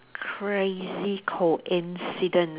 crazy coincident